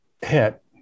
hit